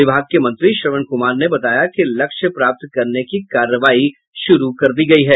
विभाग के मंत्री श्रवण कुमार ने बताया कि लक्ष्य प्राप्त करने की कार्रवाई शुरू कर दी गयी है